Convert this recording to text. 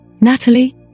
Natalie